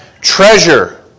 treasure